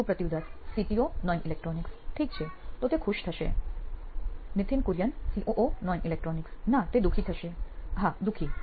સુપ્રતિવ Das CTO Noin electronics ઠીક છે તો તે ખુશ થશે Nithin Kurian COO Noin electronics ના તે દુખી થશે હા દુખી